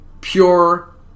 Pure